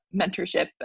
mentorship